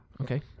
Okay